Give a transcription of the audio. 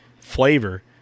flavor